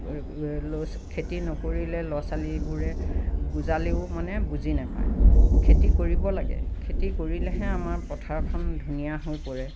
খেতি নকৰিলে ল'ৰা ছোৱালীবোৰে বুজালেও মানে বুজি নাপায় খেতি কৰিব লাগে খেতি কৰিলেহে আমাৰ পথাৰখন ধুনীয়া হৈ পৰে